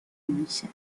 میشه